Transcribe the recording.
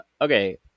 Okay